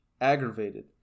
aggravated